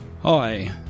Hi